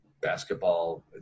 basketball